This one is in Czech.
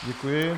Děkuji.